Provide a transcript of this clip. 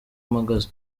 mpagaze